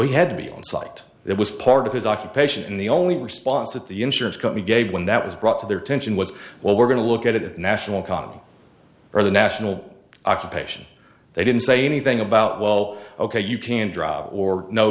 he had to be on site it was part of his occupation and the only response that the insurance company gave when that was brought to their attention was well we're going to look at the national economy or the national occupation they didn't say anything about well ok you can draw or no